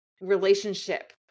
relationship